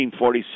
1946